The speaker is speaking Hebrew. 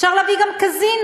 אפשר להביא גם קזינו,